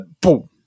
boom